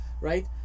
Right